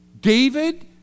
David